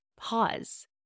pause